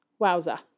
Wowza